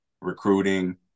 recruiting